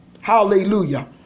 Hallelujah